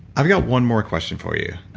i've got one more question for you,